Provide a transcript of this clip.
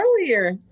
Earlier